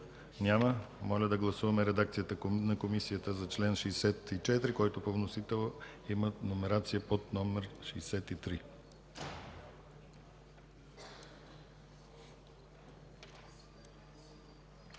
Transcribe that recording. Няма. Моля да гласуваме редакцията на Комисията за чл. 64, който по вносител има номерация чл. 63.